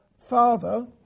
father